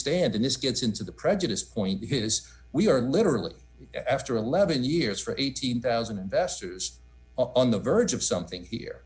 stand and this gets into the prejudice point because we are literally after eleven years for eighteen thousand and bester is on the verge of something here